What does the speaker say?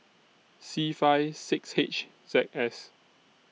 C five six H Z S